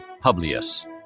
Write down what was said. Publius